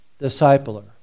discipler